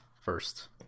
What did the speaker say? first